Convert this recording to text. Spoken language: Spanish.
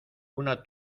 una